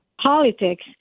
politics